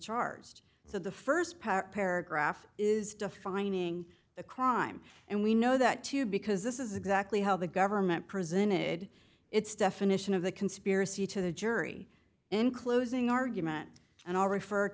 charged so the st part paragraph is defining the crime and we know that too because this is exactly how the government presented its definition of the conspiracy to the jury in closing argument and all refer